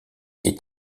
est